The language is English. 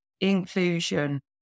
inclusion